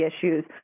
issues